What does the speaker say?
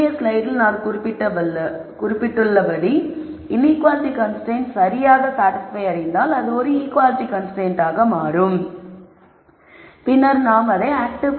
முந்தைய ஸ்லைடில் நான் குறிப்பிட்டுள்ளபடி இன்ஈக்குவாலிட்டி கன்ஸ்ரைன்ட்ஸ் சரியாக சாடிஸ்பய் அடைந்தால் அது ஒரு ஈக்குவாலிட்டி கன்ஸ்ரைன்ட்டாக மாறும் பின்னர் நாம் அதை ஆக்டிவ் கன்ஸ்ரைன்ட் என்று அழைக்கிறோம்